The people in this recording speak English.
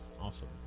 awesome